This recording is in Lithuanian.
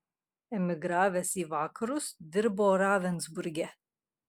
emigravęs į vakarus dirbo ravensburge